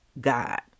God